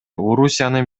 орусиянын